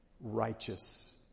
righteous